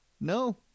No